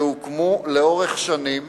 שהוקמו לאורך שנים